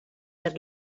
per